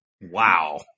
wow